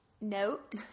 note